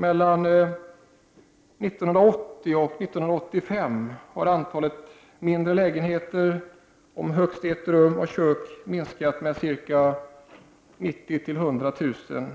Mellan 1980 och 1985 har antalet mindre lägenheter, om högst ett rum och kök, minskat med mellan 90 000 och 100 000.